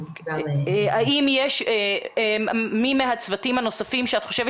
האם יש מי מהצוותים הנוספים שאת חושבת